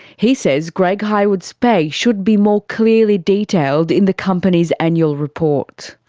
he says greg hywood's pay should be more clearly detailed in the company's annual report.